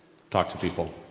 talk to people,